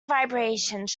vibrations